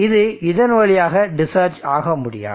இது இதன் வழியாக டிஸ்சார்ஜ் ஆக முடியாது